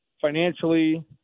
Financially